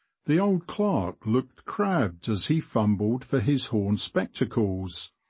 the old clerk looked crabbed as he fumbled for his horn spectacles,